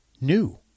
new